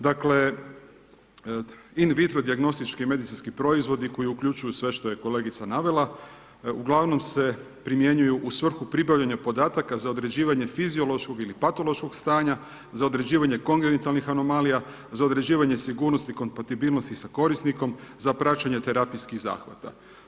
Dakle, in vitro dijagnostički i medicinski proizvodi koji uključuju sve što je kolegica navela uglavnom se primjenjuju u svrhu pribavljanja podataka za određivanje fiziološkog ili patološkog stanja, za određivanje kongenitalnih anomalija, za određivanje sigurnosti i kompatibilnosti sa korisnikom, za praćenje terapijskih zahvata.